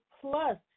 plus